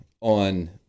on